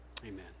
amen